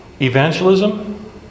evangelism